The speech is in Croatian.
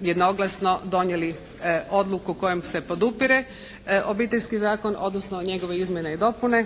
jednoglasno donijeli odluku kojom se podupire Obiteljski zakon, odnosno njegove izmjene i dopune.